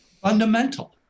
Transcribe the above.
Fundamental